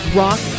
rock